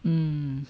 mm